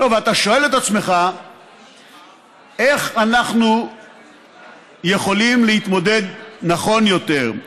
אתה שואל את עצמך איך אנחנו יכולים להתמודד נכון יותר,